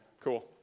cool